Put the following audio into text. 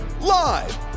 live